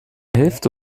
hälfte